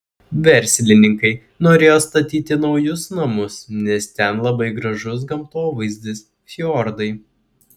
verslininkai norėjo statyti naujus namus nes ten labai gražus gamtovaizdis fjordai